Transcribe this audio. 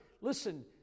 listen